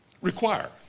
Require